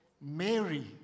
Mary